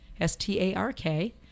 S-T-A-R-K